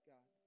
God